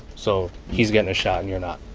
so he's getting a shot, and you're not.